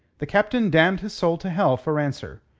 the captain damned his soul to hell for answer.